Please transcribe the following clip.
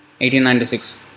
1896